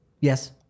Yes